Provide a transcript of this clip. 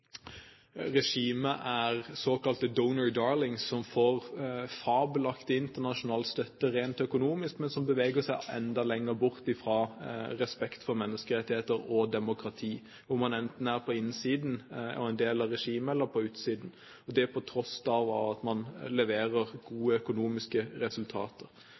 regimet er såkalt «donor darling», som får fabelaktig internasjonal støtte rent økonomisk, men som beveger seg enda lenger bort fra respekt for menneskerettigheter og demokrati – om man enten er på innsiden og en del av regimet, eller man er på utsiden, og det på tross av at man leverer gode økonomiske resultater.